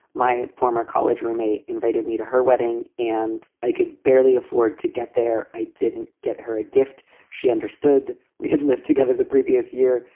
my former college roommate invited me to her wedding and i can barely afford to get there. i didn't get her a gift. she understood we had lived together the previous year.